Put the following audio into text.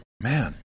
Man